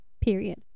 period